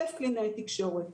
1,000 קלינאי תקשורת.